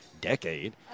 decade